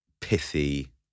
pithy